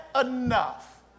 enough